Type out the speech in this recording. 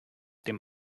dem